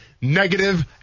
negative